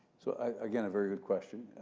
so, i, again, a very good question.